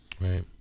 Right